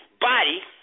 body